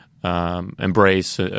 Embrace